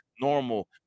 normal